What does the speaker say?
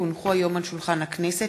כי הונחו היום על שולחן הכנסת,